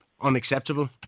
unacceptable